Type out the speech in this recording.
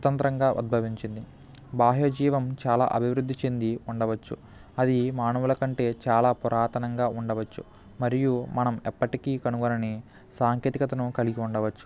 స్వతంత్రంగా ఉద్భవించింది బాహ్యజీవం చాలా అభివృద్ధి చెంది ఉండవచ్చు అది మానవుల కంటే చాలా పురాతనంగా ఉండవచ్చు మరియు మనం ఎప్పటికి కనుగొనని సాంకేతికతను కలిగి ఉండవచ్చు